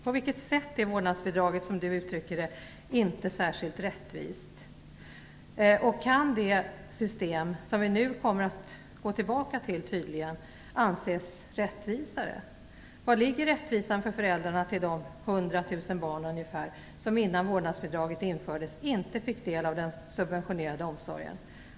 På vilket sätt, Eva Zetterberg, är vårdnadsbidraget inte särskilt rättvist? Kan det system som vi tydligen skall återgå till anses rättvisare? Var ligger rättvisan för föräldrarna till de hundra tusen barn som innan vårdnadsbidraget infördes inte fick del av den subventionerade omsorgen?